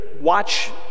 watch